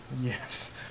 Yes